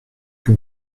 que